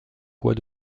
fois